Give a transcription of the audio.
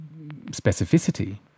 specificity